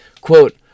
quote